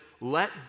let